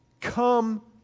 come